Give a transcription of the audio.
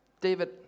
David